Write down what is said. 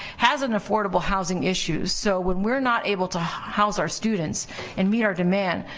has an affordable housing issue, so when we're not able to house our students and meet our demand,